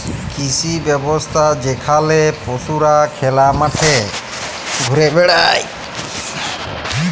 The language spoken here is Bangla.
কৃষি ব্যবস্থা যেখালে পশুরা খলা মাঠে ঘুরে বেড়ায়